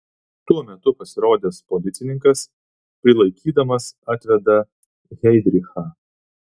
tuo metu pasirodęs policininkas prilaikydamas atveda heidrichą